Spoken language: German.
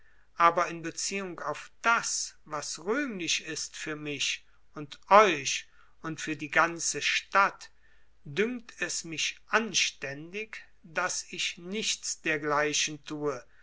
aber in beziehung auf das was rühmlich ist für mich und euch und für die ganze stadt dünkt es mich anständig daß ich nichts dergleichen tue